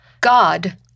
God